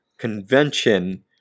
convention